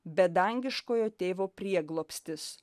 bet dangiškojo tėvo prieglobstis